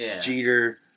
Jeter